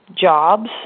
jobs